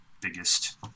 biggest